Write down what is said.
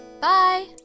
Bye